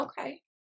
Okay